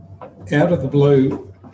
out-of-the-blue